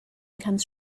comes